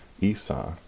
Esau